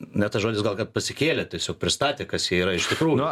na tas žodis gal kad pasikėlė tiesiog pristatė kas jie yra iš tikrųjų